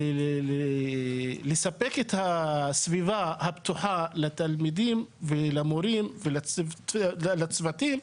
לספק לתלמידים ולמורים את הסביבה הבטוחה,